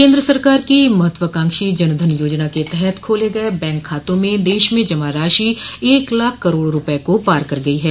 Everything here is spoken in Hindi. केन्द्र सरकार की महत्वाकांक्षी जन धन योजना के तहत खोले गये बैंक खातों में देश में जमा राशि एक लाख करोड़ रूपये को पार कर गयी है